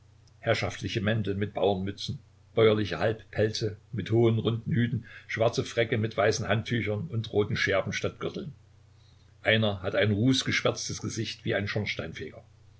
herrschaftliche mäntel mit bauernmützen bäuerliche halbpelze mit hohen runden hüten schwarze fräcke mit weißen handtüchern und roten schärpen statt gürteln einer hatte ein rußgeschwärztes gesicht wie ein schornsteinfeger